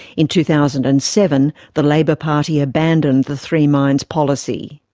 in two thousand and seven, the labor party abandoned the three mines policy.